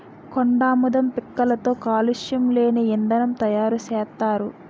కొండాముదం పిక్కలతో కాలుష్యం లేని ఇంధనం తయారు సేత్తారు